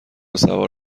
سوار